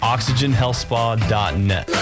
OxygenHealthSpa.net